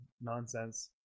nonsense